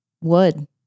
Wood